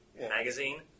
magazine